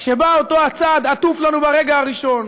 שבה אותו הצעד עטוף לנו ברגע הראשון.